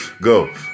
Go